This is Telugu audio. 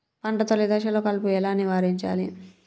పంట తొలి దశలో కలుపు ఎలా నివారించాలి?